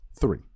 Three